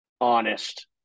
honest